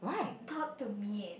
talk to me eh